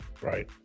Right